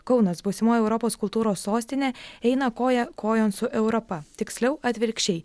kaunas būsimoji europos kultūros sostinė eina koja kojon su europa tiksliau atvirkščiai